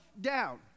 down